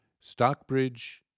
Stockbridge